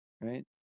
right